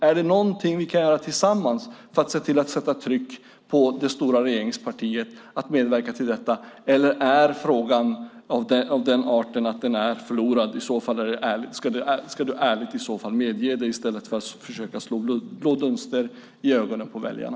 Är det någonting vi kan göra tillsammans för att se till att sätta tryck på det stora regeringspartiet, så att man medverkar till detta? Eller är frågan av den arten att den är förlorad? I så fall ska du ärligt medge det i stället för att försöka slå blå dunster i ögonen på väljarna.